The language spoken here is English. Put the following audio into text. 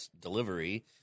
delivery